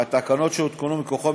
והתקנות שהותקנו מכוחו,